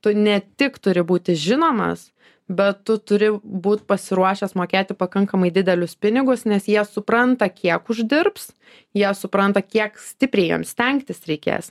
tu ne tik turi būti žinomas bet tu turi būt pasiruošęs mokėti pakankamai didelius pinigus nes jie supranta kiek uždirbs jie supranta kiek stipriai jiems stengtis reikės